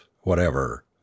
whatever